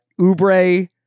Ubre